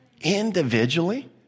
Individually